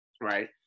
Right